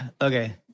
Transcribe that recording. okay